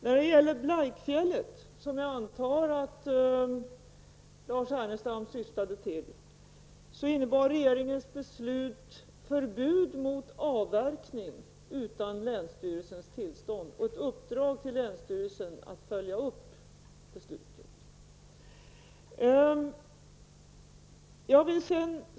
När det gäller Blaikfjället, som jag antar att Lars Ernestam syftade på, innebar regeringens beslut förbud mot avverkning utan länsstyrelsens tillstånd och ett uppdrag till länsstyrelsen att följa upp beslutet.